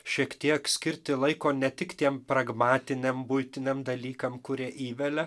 šiek tiek skirti laiko ne tik tiem pragmatiniam buitiniam dalykam kurie įvelia